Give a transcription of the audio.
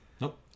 Nope